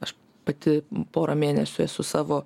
aš pati porą mėnesių esu savo